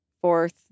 fourth